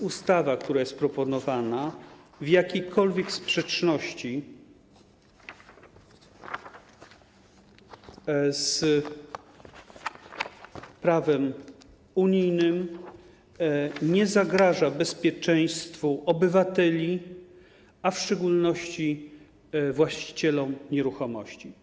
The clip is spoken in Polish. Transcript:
Ustawa, która jest proponowana, nie jest w jakiejkolwiek sprzeczności z prawem unijnym, nie zagraża bezpieczeństwu obywateli, a w szczególności właścicieli nieruchomości.